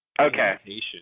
Okay